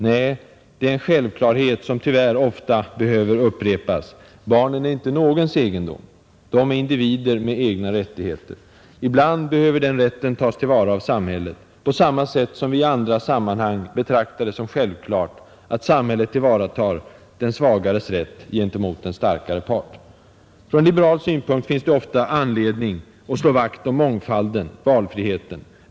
Nej, det — förhindra barnmissär en självklarhet som tyvärr ofta behöver upprepas: Barnen är inte handel m.m. någons egendom; de är individer med egna rättigheter. Ibland behöver den rätten tas till vara av samhället på samma sätt som vi i andra sammanhang betraktar det som självklart att samhället tillvaratar den svagares rätt gentemot en starkare part. Från liberal synpunkt finns det ofta anledning att slå vakt om mångfalden, valfriheten.